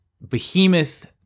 behemoth